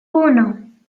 uno